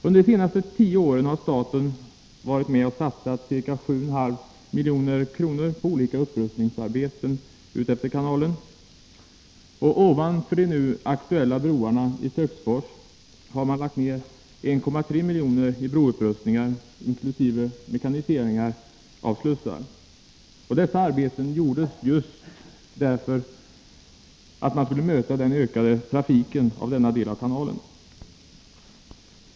Under de senaste tio åren har staten varit med och satsat ca 7,5 milj.kr. på olika upprustningsarbeten utefter kanalen. Ovanför de nu aktuella broarna i Töcksfors har man lagt ned 1,3 milj.kr. på broupprustningar inkl. mekanisering av slussar. Dessa arbeten gjordes just för att möta den ökande trafiken på denna del av kanalen.